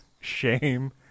shame